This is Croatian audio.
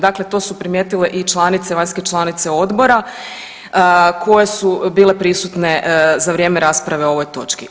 Dakle to su primijetile i članice, vanjske članice Odbora koje su bile prisutne za vrijeme rasprave o ovoj točki.